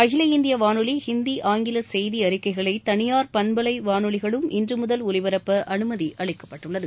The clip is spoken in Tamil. அகில இந்திய வானொலி இந்தி ஆங்கில செய்தி அறிக்கைகளை தனியார் பண்பலை வானொலிகளும் இன்று முதல் ஒலிபரப்ப அனுமதி அளிக்கப்பட்டுள்ளது